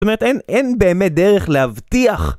זאת אומרת אין באמת דרך להבטיח